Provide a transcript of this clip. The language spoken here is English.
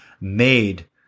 made